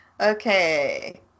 Okay